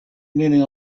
meaning